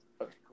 Okay